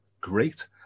great